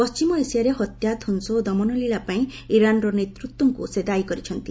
ପଶ୍ଚିମ ଏସିଆରେ ହତ୍ୟା ଧ୍ୱଂସ ଓ ଦମନଲୀଳା ପାଇଁ ଇରାନ୍ର ନେତୃତ୍ୱଙ୍କୁ ସେ ଦାୟୀ କରିଛନ୍ତି